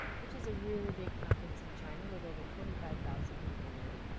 which is a really big conference in china with over twenty five thousand people there.